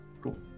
Cool